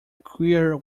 queer